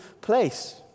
place